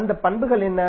அந்த பண்புகள் என்ன